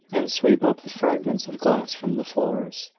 and sweep up the fragments of glass from the floors,